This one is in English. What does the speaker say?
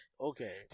Okay